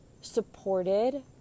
supported